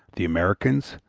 the americans,